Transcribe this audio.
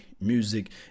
music